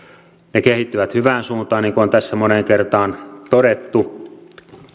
ne kehittyvät hyvään suuntaan niin kuin on tässä moneen kertaan todettu